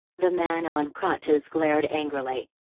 the man on crutches glared angrily.